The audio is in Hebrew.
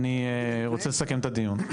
אני רוצה לסכם את הדיון.